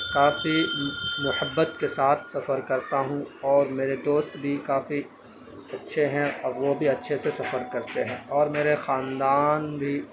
کافی محبت کے ساتھ سفر کرتا ہوں اور میرے دوست بھی کافی اچھے ہیں اور وہ بھی اچھے سے سفر کرتے ہیں اور میرے خاندان بھی